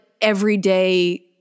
everyday